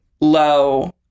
low